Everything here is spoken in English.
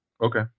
Okay